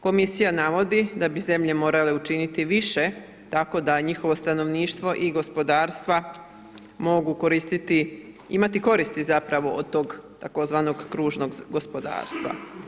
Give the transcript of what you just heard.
Komisija navodi da bi zemlje morale učiniti više tako da njihovo stanovništvo i gospodarstva mogu koristiti, imati koristi zapravo od tog tzv. kružnog gospodarstva.